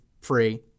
free